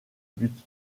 but